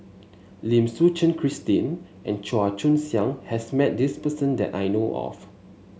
Lim Suchen Christine and Chua Joon Siang has met this person that I know of